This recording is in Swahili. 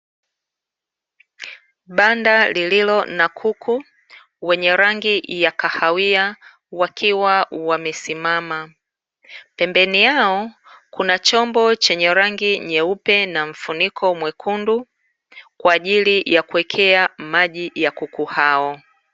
Banda lililo na kuku wenye rangi ya kahawia, wakiwa wamesimama, pembeni yao kuna chombo chenye rangi nyeupe na mfuniko mwekundu kwa ajili ya kuwekea maji ya kuku hao.